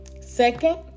Second